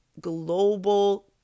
global